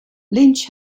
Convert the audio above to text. lynch